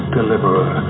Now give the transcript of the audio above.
Deliverer